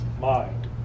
Mind